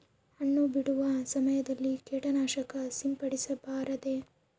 ಹಣ್ಣು ಬಿಡುವ ಸಮಯದಲ್ಲಿ ಕೇಟನಾಶಕ ಸಿಂಪಡಿಸಬಾರದೆ?